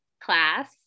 class